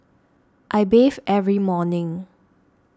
I bathe every morning